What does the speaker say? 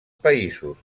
països